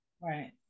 Right